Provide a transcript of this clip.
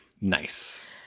Nice